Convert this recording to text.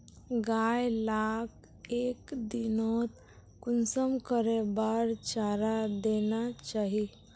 गाय लाक एक दिनोत कुंसम करे बार चारा देना चही?